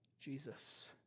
Jesus